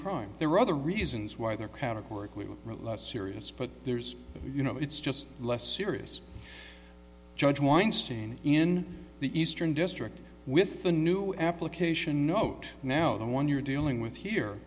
crime there are other reasons why there categorically were serious but there's you know it's just less serious judge weinstein in the eastern district with the new application note now the one you're dealing with here